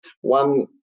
one